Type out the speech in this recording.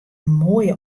moaie